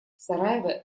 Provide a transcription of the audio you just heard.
сараево